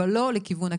אבל לא לכיוון הקצבאות.